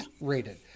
rated